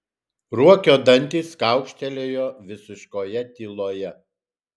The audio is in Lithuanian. ruokio dantys kaukštelėjo visiškoje tyloje